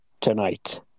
tonight